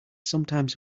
sometimes